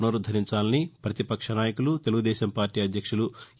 పునరుద్దరించాలని పతిపక్ష నాయకులు తెలుగుదేశం పార్టీ అధ్యక్షులు ఎన్